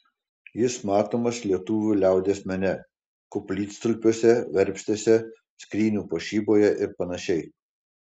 jis matomas lietuvių liaudies mene koplytstulpiuose verpstėse skrynių puošyboje ir panašiai